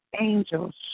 angels